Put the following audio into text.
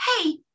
Hey